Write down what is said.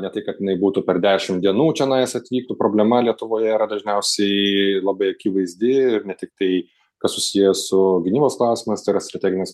ne tai kad jinai būtų per dešim dienų čionais atvyktų problema lietuvoje yra dažniausiai labai akivaizdi ir ne tik tai kas susiję su gynybos klausimas tai yra strateginis